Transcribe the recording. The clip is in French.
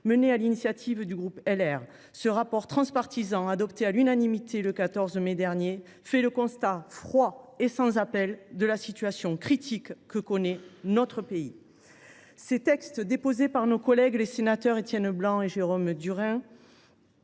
sur l’initiative du groupe LR. Ce rapport transpartisan, adopté à l’unanimité le 14 mai dernier, fait le constat froid et sans appel de la situation critique que connaît notre pays. Les textes déposés par nos collègues les sénateurs Étienne Blanc et Jérôme Durain